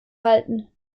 halten